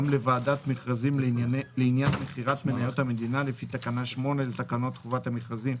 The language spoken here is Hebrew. לוועדת מכרזים לעניין מכירת מניות המדינה לפי תקנה 8 לתקנות חובת המכרזים,